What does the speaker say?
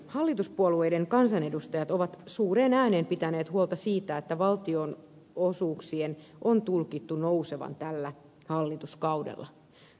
hallituspuolueiden kansanedustajat ovat suureen ääneen pitäneet huolta siitä että valtionosuuksien on tulkittu nousevan tällä hallituskaudella